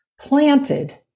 planted